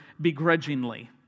begrudgingly